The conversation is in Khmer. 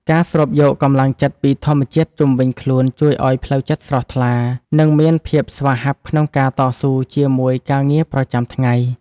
ការស្រូបយកកម្លាំងចិត្តពីធម្មជាតិជុំវិញខ្លួនជួយឱ្យផ្លូវចិត្តស្រស់ថ្លា និង មានភាពស្វាហាប់ក្នុងការតស៊ូជាមួយការងារប្រចាំថ្ងៃ។